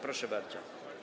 Proszę bardzo.